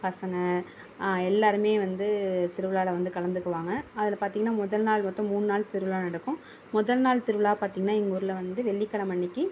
பசங்க எல்லோருமே வந்து திருவிழாவில் வந்து கலந்துக்குவாங்க அதில் பார்த்திங்கன்னா முதல் நாள் மொத்தம் மூணு நாள் திருவிழா நடக்கும் முதல் நாள் திருவிழா பார்த்திங்கன்னா எங்கள் ஊரில் வந்து வெள்ளிக்கெழமை அன்னைக்கு